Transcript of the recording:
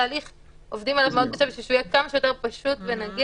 עובדים על התהליך מאוד קשה בשביל שהוא יהיה כמה שיותר פשוט ונגיש,